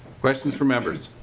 questions for members?